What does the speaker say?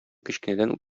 кечкенәдән